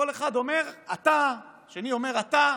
וכל אחד אומר: אתה, והשני אומר: אתה.